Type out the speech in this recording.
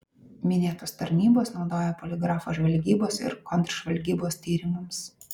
minėtos tarnybos naudoja poligrafą žvalgybos ir kontržvalgybos tyrimams